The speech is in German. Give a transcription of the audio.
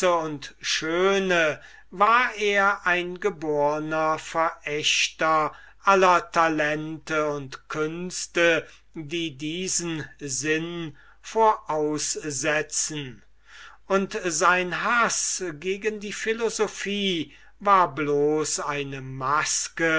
und schöne war er ein geborner verächter aller talente und künste die diesen sinn voraussetzen und sein haß gegen die philosophie war bloß eine maske